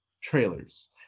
trailers